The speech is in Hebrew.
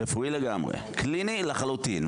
רפואי לגמרי, קליני לחלוטין.